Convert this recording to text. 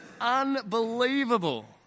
unbelievable